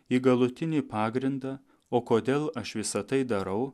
į galutinį pagrindą o kodėl aš visa tai darau